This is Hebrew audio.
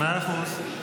מאה אחוז.